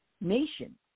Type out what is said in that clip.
nation